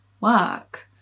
work